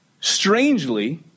strangely